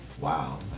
Wow